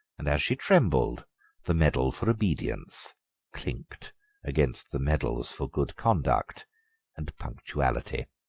and as she trembled the medal for obedience clinked against the medals for good conduct and punctuality.